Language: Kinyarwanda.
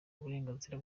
uburenganzira